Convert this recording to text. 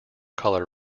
color